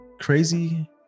Crazy